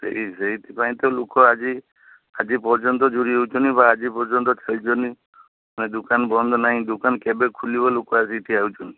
ସେଇ ସେଥିପାଇଁ ତ ଲୋକ ଆଜି ଆଜି ପର୍ଯ୍ୟନ୍ତ ଯୋଡ଼ି ହଉଛନ୍ତି ବା ଆଜି ପର୍ଯ୍ୟନ୍ତ ଖାଉଛନ୍ତି ଏ ଦୋକାନ ବନ୍ଦନାହିଁ ଦୋକାନ କେବେ ଖୋଲିବ ଲୋକ ଆସିକି ଠିଆ ହଉଛନ୍ତି